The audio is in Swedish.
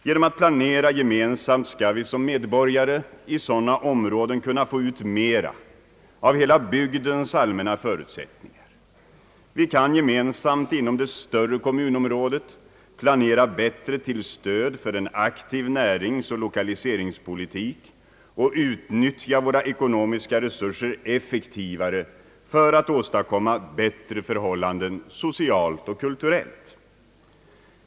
Genom att planera gemensamt skall vi som medborgare i sådana områden kunna få ut mera av hela bygdens allmänna förutsättningar. Vi kan gemensamt inom det större kommunområdet planera bättre till stöd för en aktiv näringsoch lokaliseringspolitik och utnyttja våra ekonomiska resurser effektivare för att åstadkomma bättre förhållanden socialt och kulturellt.